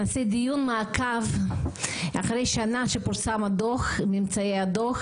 נעשה דיון מעקב אחרי שנה שפורסם ממצאי הדוח